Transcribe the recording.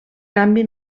canvi